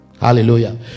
Hallelujah